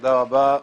תודה רבה.